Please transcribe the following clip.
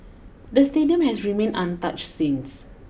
the stadium has remained untouched since